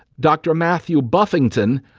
dr matthew buffington,